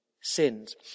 sins